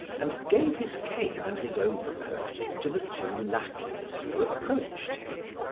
and gave his cane and his overcoat to the two lackeys who approached him.